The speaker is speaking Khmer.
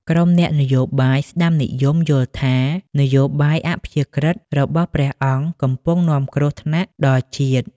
ក្រុមអ្នកនយោបាយស្តាំនិយមយល់ថា នយោបាយអព្យាក្រឹតរបស់ព្រះអង្គកំពុងនាំគ្រោះថ្នាក់ដល់ជាតិ។